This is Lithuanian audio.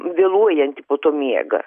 vėluojantį po to miegą